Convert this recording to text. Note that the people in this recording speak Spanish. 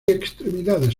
extremidades